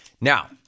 Now